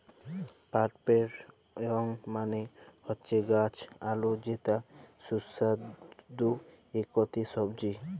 purple yam মালে হচ্যে গাছ আলু যেটা সুস্বাদু ইকটি সবজি